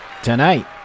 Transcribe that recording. Tonight